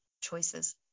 Choices